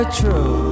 true